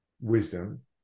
wisdom